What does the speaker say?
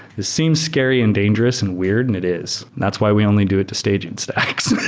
this seems scary and dangerous and weird and it is. that's why we only do it to staging stacks.